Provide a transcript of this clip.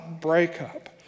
breakup